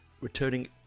returning